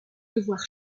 devoir